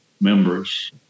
members